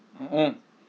mm mm